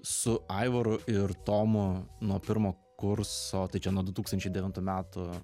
su aivaru ir tomu nuo pirmo kurso tai čia nuo du tūkstančiai devintų metų